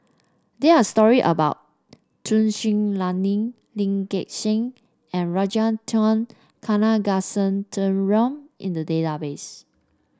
there are story about Tun Sri Lanang Lee Gek Seng and Ragunathar Kanagasuntheram in the database